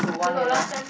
no no last time